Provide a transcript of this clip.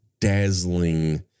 dazzling